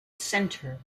centre